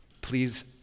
Please